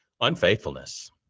unfaithfulness